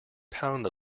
pound